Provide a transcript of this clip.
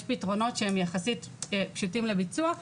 יש פתרונות שהם יחסית פשוטים לביצוע.